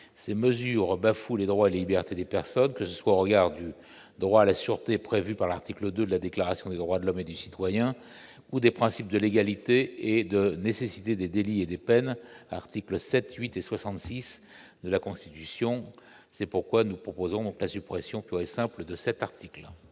ces mesures bafouent les droits et libertés des personnes, que ce soit au regard du droit à la sûreté prévue par l'article 2 la déclaration des droits de l'homme et du citoyen ou des principes de légalité et de nécessité des délits et des peines, article 7 8 et 66 de la Constitution, c'est pourquoi nous proposons donc la suppression pure et simple de cet article.